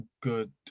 good